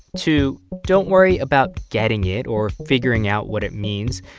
two, don't worry about getting it or figuring out what it means.